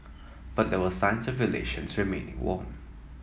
but there were signs of relations remaining warm